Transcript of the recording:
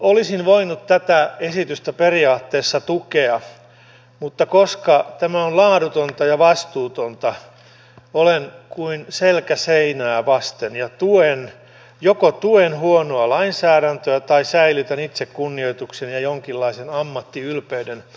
olisin voinut tätä esitystä periaatteessa tukea mutta koska tämä on laadutonta ja vastuutonta olen kuin selkä seinää vasten ja joko tuen huonoa lainsäädäntöä tai säilytän itsekunnioitukseni ja jonkinlaisen ammattiylpeyden